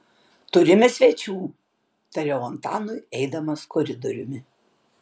turime svečių tariau antanui eidamas koridoriumi